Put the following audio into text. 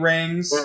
Rings